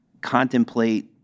contemplate